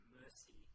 mercy